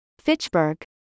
Fitchburg